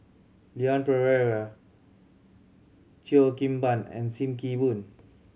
Leon Perera Cheo Kim Ban and Sim Kee Boon